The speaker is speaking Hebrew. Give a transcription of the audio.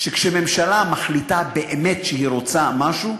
שכשממשלה מחליטה באמת שהיא רוצה משהו,